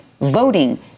voting